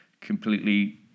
completely